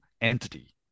entity